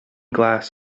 glass